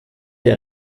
der